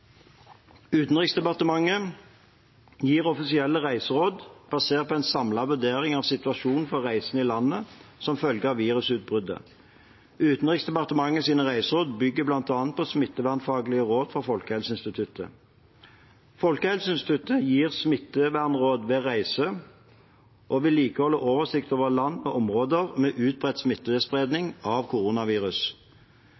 Utenriksdepartementet gir offisielle reiseråd basert på en samlet vurdering av situasjonen for reisende i landet som følge av virusutbruddet. Utenriksdepartementets reiseråd bygger bl.a. på smittevernfaglige råd fra Folkehelseinstituttet. Folkehelseinstituttet gir smittevernråd ved reise og vedlikehold og oversikt over land og områder med utbredt